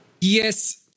Yes